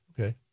Okay